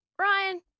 Ryan